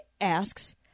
asks